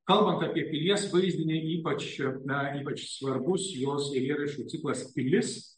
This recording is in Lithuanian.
kalbant apie pilies vaizdinį ypač na ypač svarbus jos eilėraščių ciklas pilis